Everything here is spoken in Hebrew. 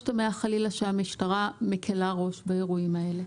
חלילה שהמשטרה מקלה ראש באירועים האלה.